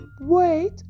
Wait